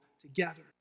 together